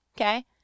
okay